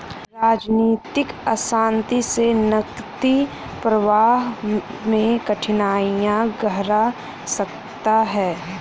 राजनीतिक अशांति से नकदी प्रवाह में कठिनाइयाँ गहरा सकता है